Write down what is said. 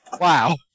Wow